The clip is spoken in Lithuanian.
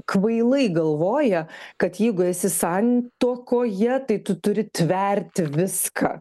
kvailai galvoja kad jeigu esi santuokoje tai tu turi tverti viską